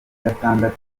gatandatu